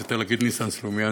רצית להגיד ניסן סלומינסקי,